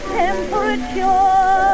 temperature